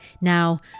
Now